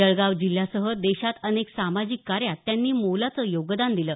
जळगाव जिल्ह्यासह देशात अनेक सामाजिक कार्यात त्यांनी मोलाचं योगदान दिलं